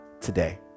today